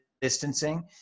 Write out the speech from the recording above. distancing